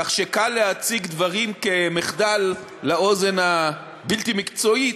קל להציג דברים כמחדל לאוזן הבלתי-מקצועית,